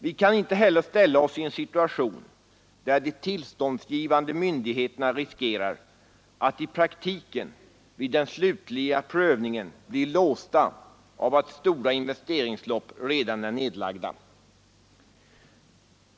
Vi kan inte heller ställa oss i en situation där de tillståndsgivande myndigheterna riskerar att i praktiken vid den slutliga prövningen bli låsta av att stora investeringsbelopp redan är nedlagda.